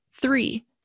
three